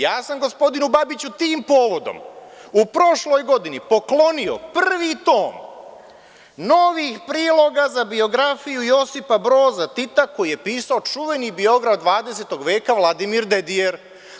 Ja sam gospodinu Babiću tim povodom u prošloj godini poklonio prvi tom, novih priloga za biografiju Josipa Broza Tita koju je pisao čuveni biograf dvadesetog veka, Vladimir Dedijer.